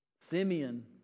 Simeon